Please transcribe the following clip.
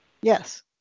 Yes